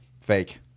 fake